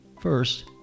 First